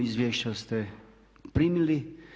Izvješća ste primili.